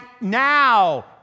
now